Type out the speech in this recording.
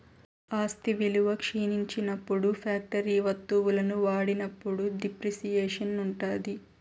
ఆస్తి విలువ క్షీణించినప్పుడు ఫ్యాక్టరీ వత్తువులను వాడినప్పుడు డిప్రిసియేషన్ ఉంటాది